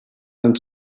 ein